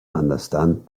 understand